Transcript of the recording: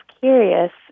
curious